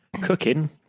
cooking